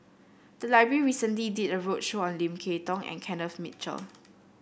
the library recently did a roadshow on Lim Kay Tong and Kenneth Mitchell